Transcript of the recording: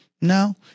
No